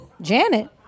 Janet